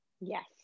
Yes